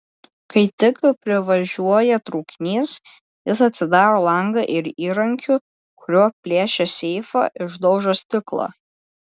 kai tik privažiuoja traukinys jis atsidaro langą ir įrankiu kuriuo plėšė seifą išdaužo stiklą